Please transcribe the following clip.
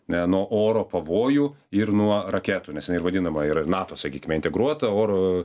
ne nuo oro pavojų ir nuo raketų nes jiai ir vadinama yra nato sakykime integruota oro